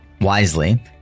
wisely